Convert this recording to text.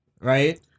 right